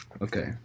Okay